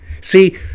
See